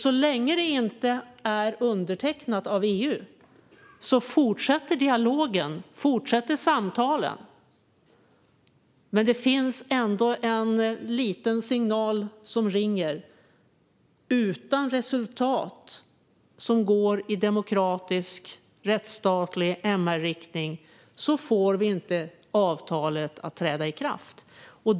Så länge avtalet inte är undertecknat av EU fortsätter nämligen dialogen och samtalen. Men det finns ändå en liten signal som ringer: Utan resultat som går i demokratisk, rättsstatlig MR-riktning får vi inte avtalet att träda i kraft.